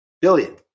Billion